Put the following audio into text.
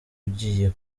ugiye